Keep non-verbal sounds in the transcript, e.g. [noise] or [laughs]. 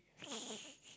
[laughs]